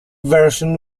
version